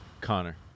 Connor